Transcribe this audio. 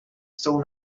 still